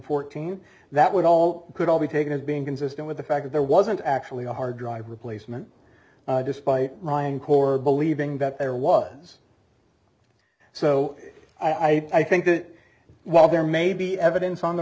fourteen that would all could all be taken as being consistent with the fact that there wasn't actually a hard drive replacement despite my own core believing that there was so i think that while there may be evidence on the